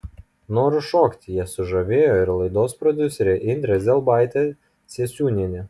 noru šokti jie sužavėjo ir laidos prodiuserę indrę zelbaitę ciesiūnienę